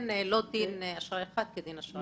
לא דין אשראי אחד כדין אשראי אחר.